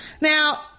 Now